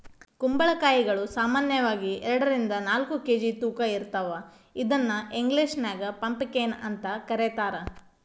ಕುಂಬಳಕಾಯಿಗಳು ಸಾಮಾನ್ಯವಾಗಿ ಎರಡರಿಂದ ನಾಲ್ಕ್ ಕೆ.ಜಿ ತೂಕ ಇರ್ತಾವ ಇದನ್ನ ಇಂಗ್ಲೇಷನ್ಯಾಗ ಪಂಪಕೇನ್ ಅಂತ ಕರೇತಾರ